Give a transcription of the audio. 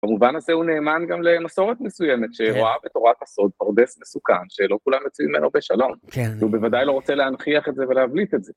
במובן הזה הוא נאמן גם למסורת מסוימת, שרואה בתורת הסוד פרדס מסוכן, שלא כולם יוצאים ממנו בשלום. כן. והוא בוודאי לא רוצה להנחיח את זה ולהבליט את זה.